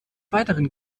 weiteren